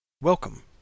Welcome